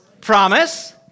Promise